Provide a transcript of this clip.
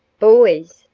boys,